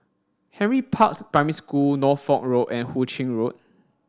Henry Parks Primary School Norfolk Road and Hu Ching Road